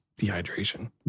dehydration